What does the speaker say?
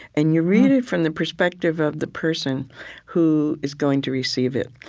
and you read it from the perspective of the person who is going to receive it.